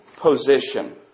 position